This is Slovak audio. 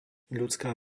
ľudská